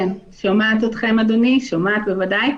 אדוני, בוודאי.